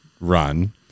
run